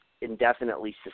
indefinitely